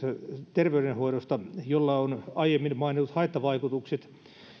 terveydenhoidosta jolla on aiemmin mainitut haittavaikutukset